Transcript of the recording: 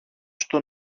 στο